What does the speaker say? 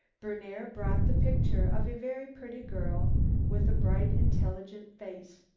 berner brought the picture of a very pretty girl with a bright intelligent face.